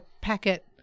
packet